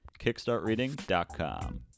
Kickstartreading.com